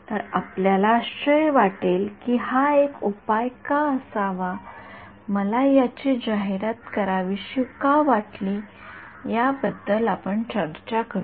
तर आपल्याला आश्चर्य वाटेल की हा एक उपाय का असावा मला याची जाहिरात करावीशी का वाटली याबद्दल आपण चर्चा करू